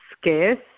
scarce